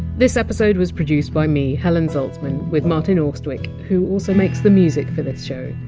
this episode was produced by me, helen zaltzman, with martin austwick who also makes the music for this show.